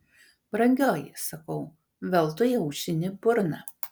brangioji sakau veltui aušini burną